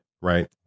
right